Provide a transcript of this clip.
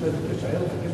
שהיה לך קשר טוב אתו.